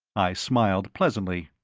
i smiled pleasantly.